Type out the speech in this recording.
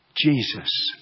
Jesus